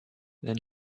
then